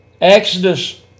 Exodus